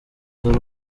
dore